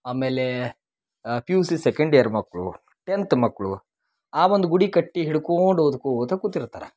ಆಮೇಲೆ P U C second year ಮಕ್ಕಳು tenth ಮಕ್ಕಳು ಆ ಒಂದು ಗುಡಿ ಕಟ್ಟಿ ಹಿಡ್ಕೊಂಡು ಓದ್ಕೋತಾ ಕೂತಿರ್ತಾರೆ